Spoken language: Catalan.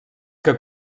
que